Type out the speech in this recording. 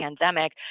pandemic